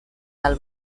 del